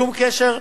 שום קשר,